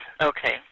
Okay